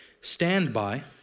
standby